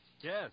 Yes